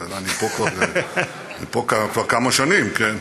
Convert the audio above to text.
אני פה כבר כמה שנים, כן?